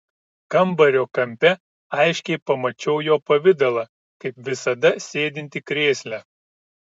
kambario kampe aiškiai pamačiau jo pavidalą kaip visada sėdintį krėsle